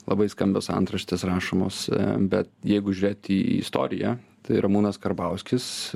labai skambios antraštės rašomos bet jeigu žiūrėti į istoriją tai ramūnas karbauskis